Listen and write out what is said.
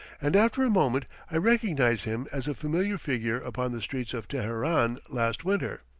and after a moment i recognize him as a familiar figure upon the streets of teheran last winter.